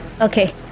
Okay